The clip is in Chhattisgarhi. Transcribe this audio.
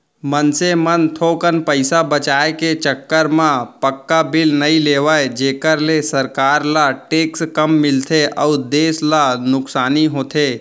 मनसे मन थोकन पइसा बचाय के चक्कर म पक्का बिल नइ लेवय जेखर ले सरकार ल टेक्स कम मिलथे अउ देस ल नुकसानी होथे